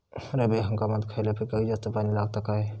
रब्बी हंगामात खयल्या पिकाक जास्त पाणी लागता काय?